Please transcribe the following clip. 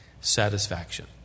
satisfaction